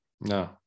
No